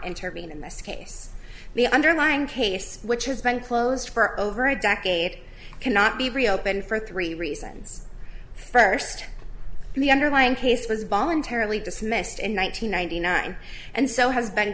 intervene in this case the underlying case which has been closed for over a decade cannot be reopened for three reasons first the underlying case was voluntarily dismissed in one thousand nine hundred nine and so has been